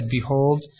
Behold